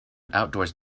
outdoors